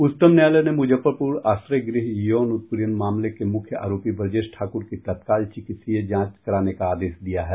उच्चतम न्यायालय ने मुजफ्फरपुर आश्रय गृह यौन उत्पीड़न मामले के मुख्य आरोपी ब्रजेश ठाकुर की तत्काल चिकित्सीय जांच कराने का आदेश दिया है